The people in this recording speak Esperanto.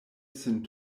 sin